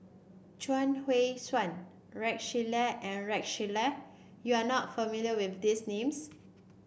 Chuang Hui Tsuan Rex Shelley and Rex Shelley you are not familiar with these names